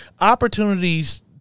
opportunities